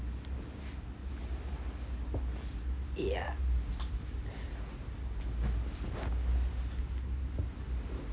yeah